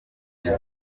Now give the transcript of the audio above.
gihe